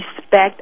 respect